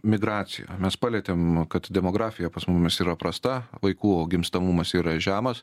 migracija mes palietėm kad demografija pas mumis yra prasta vaikų gimstamumas yra žemas